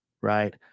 Right